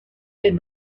est